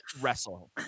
wrestle